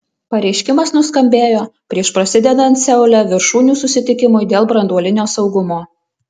pareiškimas nuskambėjo prieš prasidedant seule viršūnių susitikimui dėl branduolinio saugumo